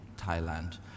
Thailand